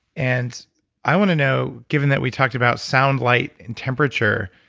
and i want to know, given that we talked about sound, light, and temperature